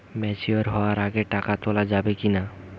Mature হওয়ার আগে টাকা তোলা যাবে কিনা?